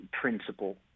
principle